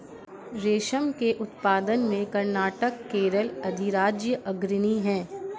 रेशम के उत्पादन में कर्नाटक केरल अधिराज्य अग्रणी है